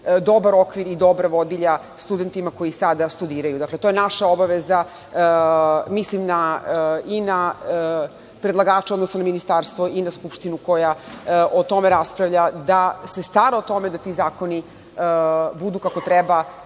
dobar okvir i dobra vodilja studentima koji sada studiraju. Dakle, to je naša obaveza. Mislim i na predlagača, odnosno Ministarstvo, i na Skupštinu koja o tome raspravlja, da se stara o tome da ti zakoni budu kako treba,